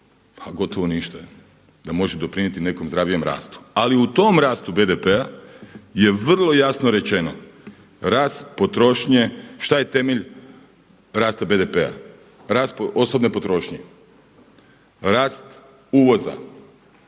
a gotovo ništa da može doprinijeti nekom zdravijem rastu. Ali u tom rastu BDP-a je vrlo jasno rečeno rast potrošnje. šta je temelj rasta BDP-a? Rast osobne potrošnje, rast uvoza,